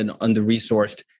under-resourced